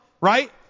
right